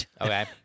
Okay